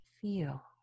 Feel